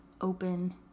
open